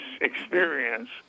experience